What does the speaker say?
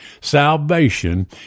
Salvation